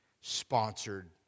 sponsored